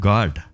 God